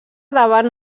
davant